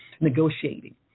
negotiating